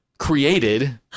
Created